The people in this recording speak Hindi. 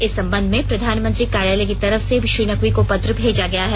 इस संबंध में प्रधानमंत्री कार्यालय की तरफ से श्री नकवी को पत्र भेजा गया है